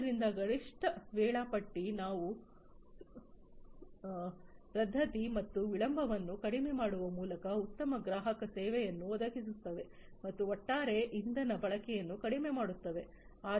ಆದ್ದರಿಂದ ಗರಿಷ್ಠ ವೇಳಾಪಟ್ಟಿ ನಾವು ರದ್ದತಿ ಮತ್ತು ವಿಳಂಬವನ್ನು ಕಡಿಮೆ ಮಾಡುವ ಮೂಲಕ ಉತ್ತಮ ಗ್ರಾಹಕ ಸೇವೆಗಳನ್ನು ಒದಗಿಸುತ್ತೇವೆ ಮತ್ತು ಒಟ್ಟಾರೆ ಇಂಧನ ಬಳಕೆಯನ್ನು ಕಡಿಮೆ ಮಾಡುತ್ತೇವೆ